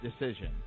decision